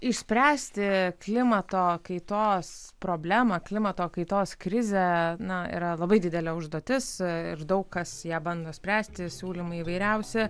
išspręsti klimato kaitos problemą klimato kaitos krizę na yra labai didelė užduotis ir daug kas ją bando spręsti siūlymai įvairiausi